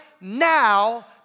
now